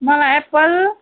मलाई एप्पल